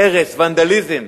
הרס, ונדליזם.